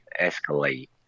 escalate